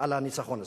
על הניצחון הזה.